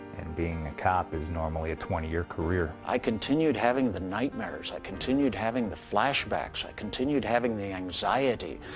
and being a cop is normally a twenty year career. i continued having the nightmares, i continued having the flashbacks, i continued having the anxiety.